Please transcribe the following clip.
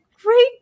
great